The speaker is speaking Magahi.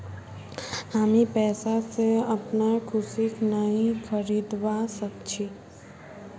हामी पैसा स अपनार खुशीक नइ खरीदवा सख छि